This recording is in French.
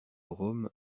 rome